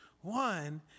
One